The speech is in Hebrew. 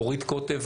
אורית קוטב,